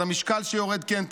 את המשקל שיורד כי אין תיאבון,